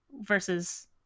versus